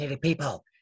people